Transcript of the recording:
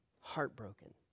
Heartbroken